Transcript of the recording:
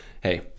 hey